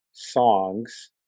Songs